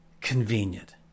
convenient